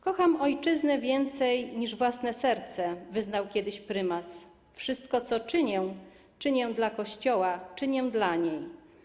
Kocham ojczyznę więcej niż własne serce - wyznał kiedyś prymas - i wszystko, co czynię dla Kościoła, czynię dla niej.